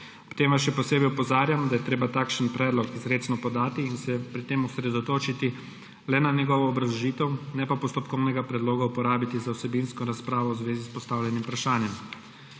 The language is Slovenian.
Potem vas še posebej opozarjam, da je treba takšen predlog izrecno podati in se pri tem osredotočiti le na njegovo obrazložitev, ne pa postopkovnega predloga uporabiti za vsebinsko razpravo v zvezi s postavljenim vprašanjem.